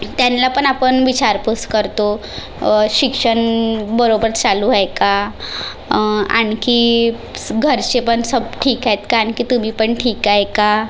त्यांना पण आपण विचारपूस करतो शिक्षण बरोबर चालू आहे का आणखी घरचे पण सब ठीक आहेत का आणखी तुम्ही पण ठीक आहे का